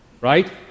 right